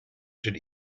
should